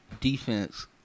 defense